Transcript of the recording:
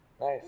Nice